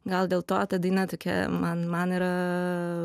gal dėl to ta daina tokia man man yra